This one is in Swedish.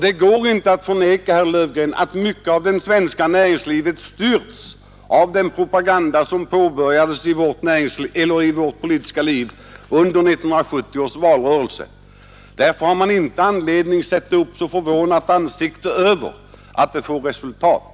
Det går inte att förneka, herr Löfgren, att mycket av det svenska näringslivet styrs av den propaganda som påbörjades i vårt politiska liv under 1970 års valrörelse. Därför finns det ingen anledning att sätta upp ett så förvånat ansikte när propagandan ger resultat.